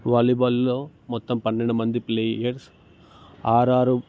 వాలీబాల్లో మొత్తం పన్నెండు మంది ప్లేయర్స్ ఆరు ఆరు